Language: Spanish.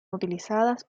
utilizadas